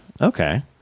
Okay